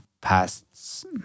past